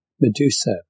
Medusa